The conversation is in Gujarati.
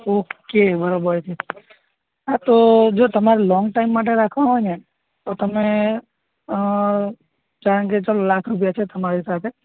ઓકે બરાબર છે હા તો જો તમારે લોંગ ટાઈમ માટે રાખવા હોય ને તો તમે કારણ કે ચાલો લાખ રૂપિયા છે તમારી સાથે